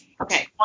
okay